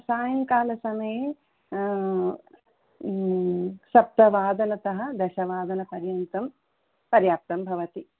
सायङ्कालसमये सप्तवादनतः दशवादनपर्यन्तं पर्याप्तं भवति